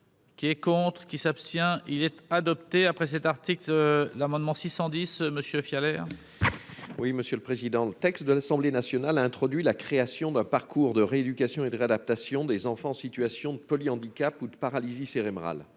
Qui est contre qui s'abstient-il être adopté après cet article, l'amendement 610 monsieur Fiole R. Oui, monsieur le président, le texte de l'Assemblée nationale a introduit la création d'un parcours de rééducation et de réadaptation des enfants en situation de polyhandicap ou de paralysie cérébrale,